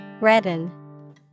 Redden